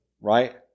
right